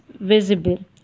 Visible